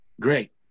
great